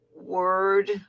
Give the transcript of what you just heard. word